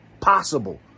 possible